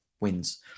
wins